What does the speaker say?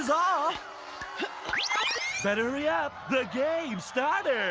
ah ah better hurry up, the game started.